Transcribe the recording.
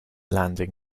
landing